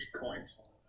coins